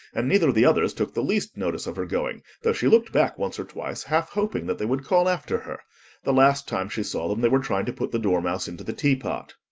and neither of the others took the least notice of her going, though she looked back once or twice, half hoping that they would call after her the last time she saw them, they were trying to put the dormouse into the teapot.